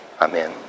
Amen